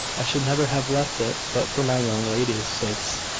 i should never have left it but for my young ladies' sakes.